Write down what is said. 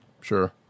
sure